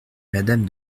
madame